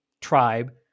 tribe